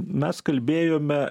mes kalbėjome